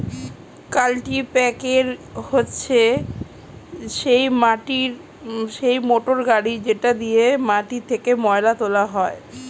কাল্টিপ্যাকের হচ্ছে সেই মোটর গাড়ি যেটা দিয়ে মাটি থেকে ময়লা তোলা হয়